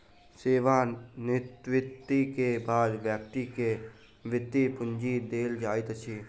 सेवा निवृति के बाद व्यक्ति के वृति पूंजी देल जाइत अछि